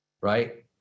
right